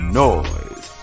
noise